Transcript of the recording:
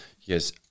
Yes